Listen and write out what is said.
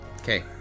Okay